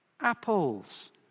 apples